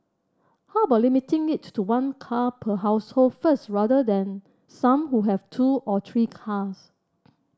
how about limiting it to one car per household first rather than some who have two or three cars